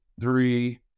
three